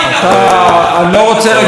לא רוצה להגיד מה אתה לא שכחת.